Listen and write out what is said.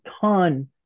ton